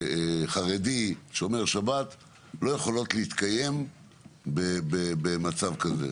חרדי שומר שבת לא יכולות להתקיים במצב כזה.